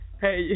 Hey